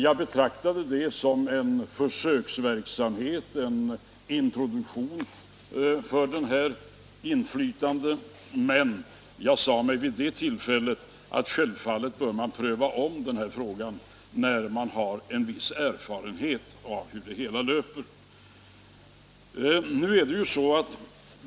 Jag betraktade det som en försöksverksamhet, en introduktion, för det här inflytandet, men jag sade mig vid det tillfället att man självfallet bör pröva om frågan när man har en viss erfarenhet av hur det hela löper.